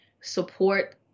support